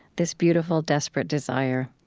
this beautiful, desperate desire.